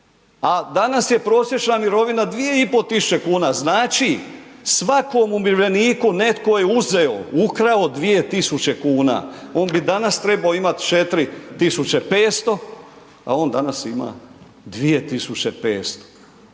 A danas je prosječna mirovina 2,5 tisuće kuna. Znači svakom umirovljeniku netko je uzeo, ukrao 2 tisuće kuna. On bi danas trebao imati 4500 a on danas ima 2,500. E pa